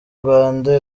rwanda